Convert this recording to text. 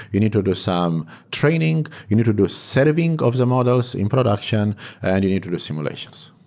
you need to do some training. you need to do serving of the models in production and you need to do simulations,